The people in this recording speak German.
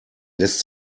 lässt